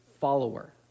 follower